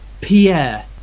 Pierre